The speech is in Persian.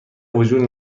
وجود